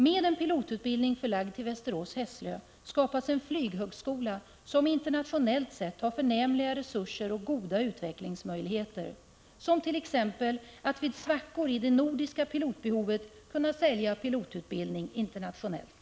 Med en pilotutbildning förlagd till Västerås/Hässlö skapas en flyghögskola som internationellt sett har förnämliga resurser och goda utvecklingsmöjligheter — som t.ex. att vid svackor i det nordiska pilotbehovet kunna sälja pilotutbildning internationellt.